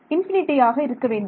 இன்பினிடியாக இருக்க வேண்டும்